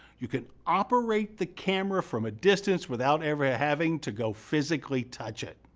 you can operate the camera from a distance without ever having to go physically touch it.